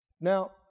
Now